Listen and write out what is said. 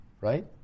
right